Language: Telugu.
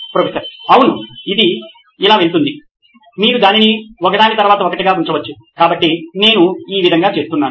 ప్రొఫెసర్ అవును ఇది ఇలా వెళుతుంది మీరు దానిని ఒకదాని తరువాత ఒకటిగా ఉంచవచ్చు కాబట్టి నేను ఈ విధంగా చేస్తున్నాను